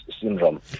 syndrome